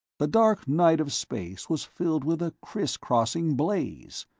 the dark night of space was filled with a crisscrossing blaze.